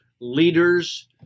leaders